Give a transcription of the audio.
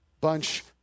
bunch